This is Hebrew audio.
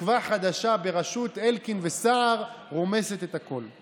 תקווה חדשה בראשות אלקין וסער רומסת את הכול.